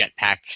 jetpack